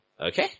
okay